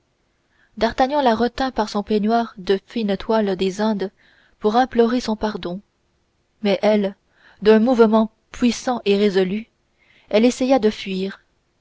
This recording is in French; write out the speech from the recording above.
d'artagnan la retint par son peignoir de fine toile des indes pour implorer son pardon mais elle d'un mouvement puissant et résolu elle essaya de fuir